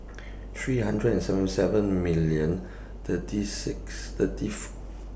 three hundred and seventy seven million thirty six thirty four